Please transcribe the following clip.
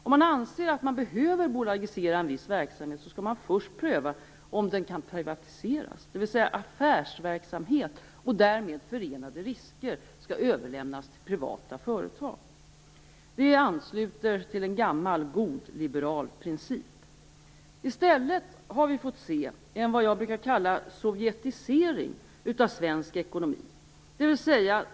Om man anser att man behöver bolagisera en viss verksamhet skall man först pröva om den kan privatiseras; affärsverksamhet och därmed förenade risker skall överlämnas till privata företag. Det ansluter till en gammal god liberal princip. I stället har vi fått se vad jag brukar kalla en sovjetisering av svensk ekonomi.